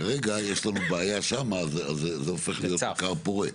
כרגע יש לנו בעיה שם, אז זה הופך להיות כר פורה.